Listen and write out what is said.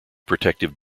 protective